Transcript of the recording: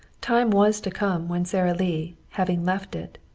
time was to come when sara lee, having left it,